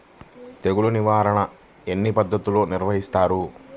తెగులు నిర్వాహణ ఎన్ని పద్ధతుల్లో నిర్వహిస్తారు?